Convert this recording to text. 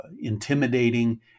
intimidating